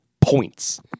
points